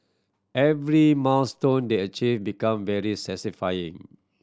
every milestone they achieve become very satisfying